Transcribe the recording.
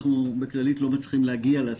אנחנו בכללית לא מצליחים להגיע לשיאים האלה.